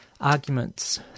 Arguments